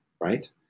right